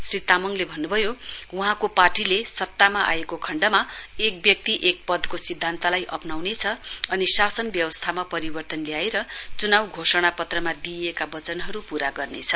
श्री तामाङले भन्नु भयो वहाँको पार्टी सत्तामा आएको खण्डमा एक व्यक्ति एक पदको सिद्दान्तलाई अप्नाउने अनि शासन व्यवस्थामा परिवर्तन ल्याएर चुनाउ घोषणा पत्रमा दिइएका बचनहरू पूरा गर्नेछ